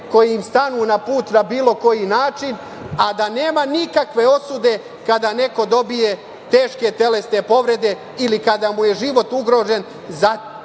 koji im stanu na put na bilo koji način, a da nema nikakve osude kada neko dobije teške telesne povrede ili kada mu je život ugrožen zato